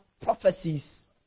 prophecies